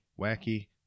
wacky